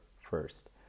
first